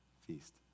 feast